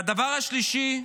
והדבר השלישי,